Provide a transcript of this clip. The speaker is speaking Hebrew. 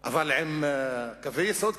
אבל עם קווי יסוד כאלה,